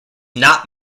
not